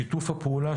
שיתוף הפעולה,